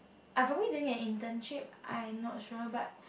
I probably doing an internship I'm not sure but